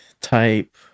type